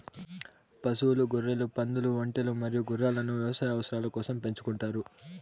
పశువులు, గొర్రెలు, పందులు, ఒంటెలు మరియు గుర్రాలను వ్యవసాయ అవసరాల కోసం పెంచుకుంటారు